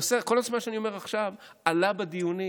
כל מה שאני אומר עכשיו עלה בדיונים,